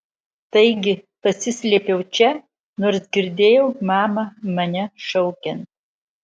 taigi pasislėpiau čia nors girdėjau mamą mane šaukiant